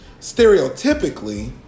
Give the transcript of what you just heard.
stereotypically